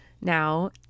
now